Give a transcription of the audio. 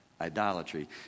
idolatry